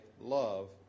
love